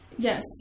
Yes